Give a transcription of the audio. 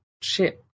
ship